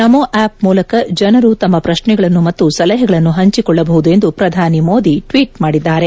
ನಮೋ app ಮೂಲಕ ಜನರು ತಮ್ಮ ಪ್ರಶ್ನೆಗಳನ್ನು ಮತ್ತು ಸಲಹೆಗಳನ್ನು ಹಂಚಿಕೊಳ್ಳಬಹುದು ಎಂದು ಪ್ರಧಾನಿ ಮೋದಿ ಟ್ವೀಟ್ ಮಾಡಿದ್ದಾರೆ